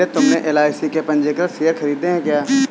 नीरज तुमने एल.आई.सी के पंजीकृत शेयर खरीदे हैं क्या?